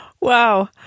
Wow